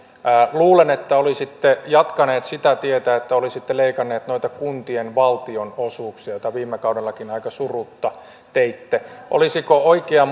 luulen että olisitte jatkaneet sitä tietä että olisitte leikanneet noita kuntien valtionosuuksia mitä viime kaudellakin aika surutta teitte olisiko oikea